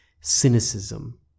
cynicism